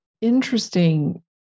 interesting